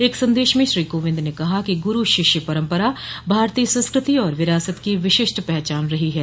एक संदेश में श्री कोविंद ने कहा कि गुरु शिष्य परम्परा भारतीय संस्कृति और विरासत की विशिष्ट पहचान रही है